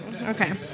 Okay